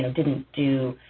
didn't do